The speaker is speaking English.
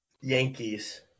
Yankees